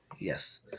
Yes